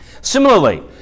Similarly